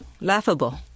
Laughable